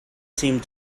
seemed